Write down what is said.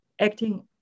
acting